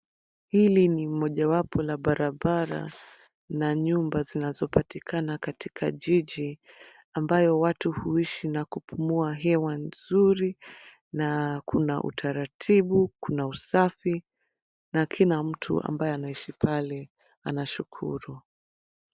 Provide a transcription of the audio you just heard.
Hili ni mojawapo la barabara na nyumba zinazopatikana katika jiji ambayo watu huishi na kupumua hewa nzuri na kuna utaratibu, kuna usafi na kila mtu ambaye anaishi pale anashukuru.